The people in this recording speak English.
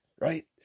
right